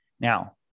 Now